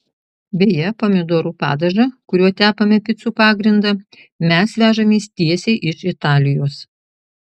beje pomidorų padažą kuriuo tepame picų pagrindą mes vežamės tiesiai iš italijos